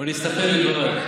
או שנסתפק.